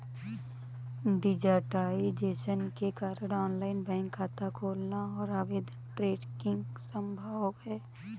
digitisation के कारण online bank खाता खोलना और आवेदन ट्रैकिंग संभव हैं